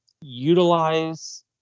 utilize